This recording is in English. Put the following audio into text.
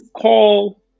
call